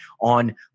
on